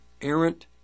errant